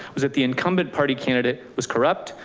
was that the incumbent party candidate was corrupt.